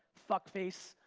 fuck face.